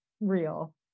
real